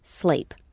sleep